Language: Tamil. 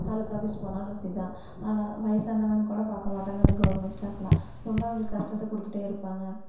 தாலுக்கா ஆஃபீஸ் போனாலும் இப்படிதான் வயசானவன்னு கூட பார்க்க மாட்டாங்கள் இந்த கவர்மெண்ட் ஸ்டாஃப்புலாம் ரொம்ப அவங்களுக்கு கஷ்டத்தை கொடுத்துட்டே இருப்பாங்கள்